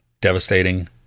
devastating